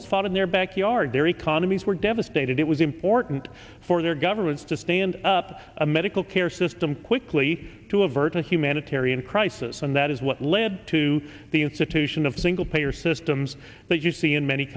was fought in their backyard their economies were devastated it was important for their governments to stand up a medical care system quickly to avert a humanitarian crisis and that is what led to the institution of single payer systems that you see in many